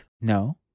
No